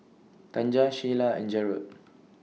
Tanja Sheyla and Jerod